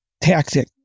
tactic